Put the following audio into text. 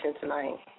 tonight